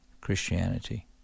Christianity